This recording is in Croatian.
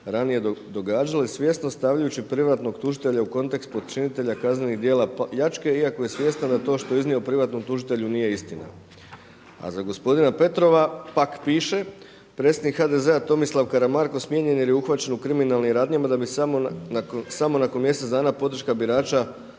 ranije događale svjesno stavljajući privatnog tužitelja u kontekst počinitelja kaznenih djela pljačke, iako je svjestan da to što je iznio privatnom tužitelju nije istina“. A za gospodina Petrova pak piše „predsjednik HDZ-a Tomislav Karamarko smijenjen je jer je uhvaćen u kriminalnim radnjama da bi samo nakon mjesec dana podrška birača